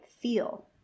feel